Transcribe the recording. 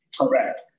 correct